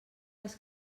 les